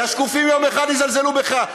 תקשיב, כי השקופים יום אחד יזלזלו בך.